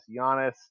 Giannis